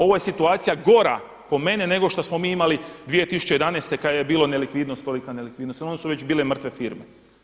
Ovo je situacija gora po meni nego što smo mi imali 2011. kada je bila nelikvidnost tolika, nelikvidnost tolika, ono su već bile mrtve firme.